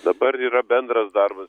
dabar yra bendras darbas